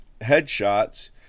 headshots